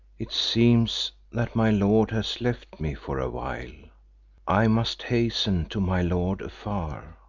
it seems that my lord has left me for awhile i must hasten to my lord afar.